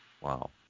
Wow